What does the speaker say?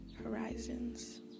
Horizons